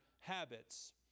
Habits